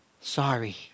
Sorry